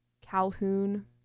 calhoun